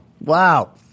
wow